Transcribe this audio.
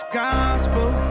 gospel